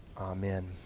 Amen